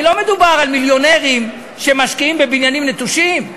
הרי לא מדובר על מיליונרים שמשקיעים בבניינים נטושים,